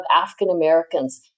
African-Americans